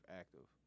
active